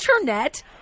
internet